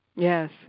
Yes